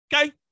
Okay